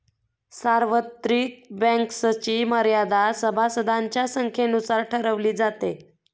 सार्वत्रिक बँक्सची मर्यादा सभासदांच्या संख्येनुसार ठरवली जाते